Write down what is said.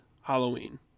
Halloween